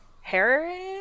Harris